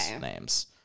names